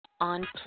on